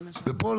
ופה,